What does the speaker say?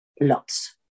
lots